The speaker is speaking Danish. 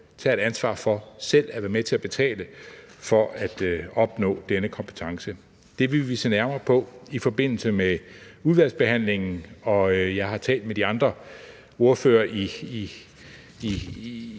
tager et ansvar for selv at være med til at betale for at opnå denne kompetence. Det vil vi se nærmere på i forbindelse med udvalgsbehandlingen. Jeg har talt med de andre ordførere